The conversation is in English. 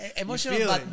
Emotional